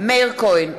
מאיר כהן,